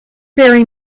very